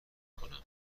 کنم